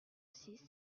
six